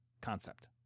concept